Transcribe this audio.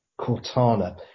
Cortana